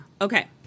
Okay